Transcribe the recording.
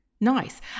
nice